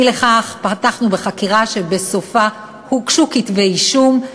אי לכך פתחנו בחקירה שבסופה הוגשו כתבי-אישום.